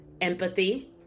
empathy